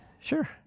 Sure